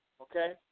Okay